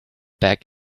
back